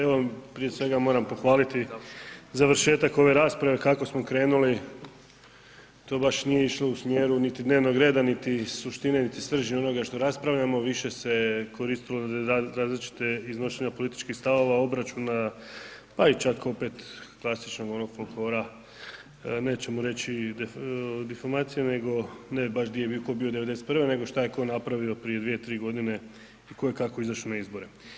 Evo, prije svega moram pohvaliti završetak ove rasprave, kako smo krenuli to baš nije išlo u smjeru niti dnevnog reda, niti suštine, niti srži onoga što raspravljamo, više se koristilo različite iznošenja političkih stavova, obračuna, pa i čak opet klasičnog onog folklora, nećemo reći diformacijom, nego ne baš di je bio tko bio 91.-ve, nego šta je ko napravio prije dvije, tri godine i ko je kako izašao na izbore.